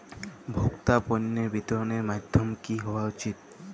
ভোক্তা পণ্যের বিতরণের মাধ্যম কী হওয়া উচিৎ?